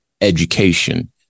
education